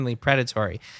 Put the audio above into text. Predatory